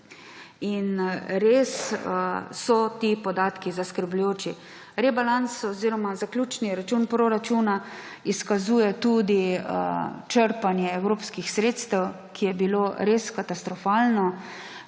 res so ti podatki zaskrbljujoči. Zaključni račun proračuna izkazuje tudi črpanje evropskih sredstev, ki je bilo res katastrofalno,